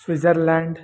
Switzerland